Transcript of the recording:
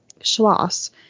Schloss